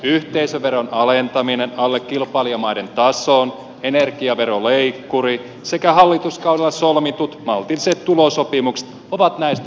yhteisöveron alentaminen alle kilpailijamaiden tason energiaveroleikkuri sekä hallituskaudella solmitut maltilliset tulosopimukset ovat näistä hyviä esimerkkejä